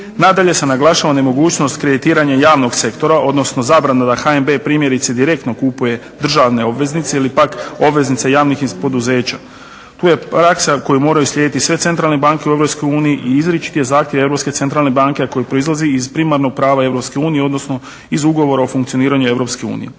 Nadalje se naglašava nemogućnost kreditiranja javnog sektora, odnosno zabrana da HNB primjerice direktno kupuje državne obveznice ili pak obveznice javnih poduzeća. Tu je praksa koju moraju slijediti sve centralne banke u EU i izričit je zahtjev Europske centralne banke a koji proizlazi iz primarnog prava EU, odnosno iz ugovora o financiranju EU.